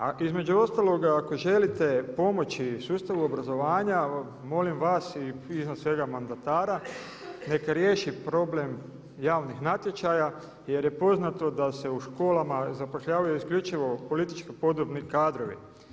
A između ostaloga ako želite pomoći sustavu obrazovanja molim vas i iznad svega mandatara neka riješi problem javnih natječaja jer je poznato da se u školama zapošljavaju isključivo politički podobni kadrovi.